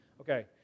Okay